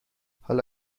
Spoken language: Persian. حالا